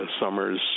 summers